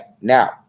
now